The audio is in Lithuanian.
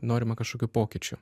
norima kažkokių pokyčių